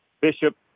Bishop